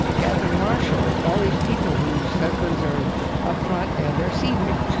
catherine marshall, all these people whose husbands are up front, and they're seething.